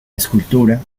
escultura